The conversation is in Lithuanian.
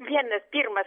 vienas pirmas